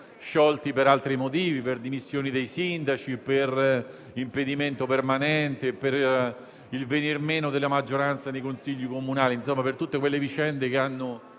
sciolti per altri motivi, per dimissioni dei sindaci, per impedimento permanente, per il venir meno della maggioranza nei Consigli comunali; insomma per tutte quelle vicende che hanno